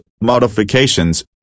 modifications